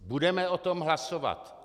Budeme o tom hlasovat.